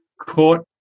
court